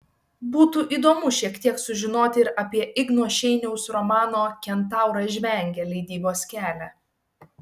būtų įdomu šiek tiek sužinoti ir apie igno šeiniaus romano kentauras žvengia leidybos kelią